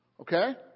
okay